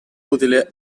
utile